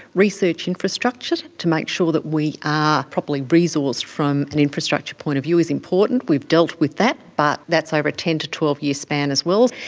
research infrastructure to make sure that we are properly resourced from an infrastructure point of view is important. we've dealt with that, but that's over a ten to twelve year span as well.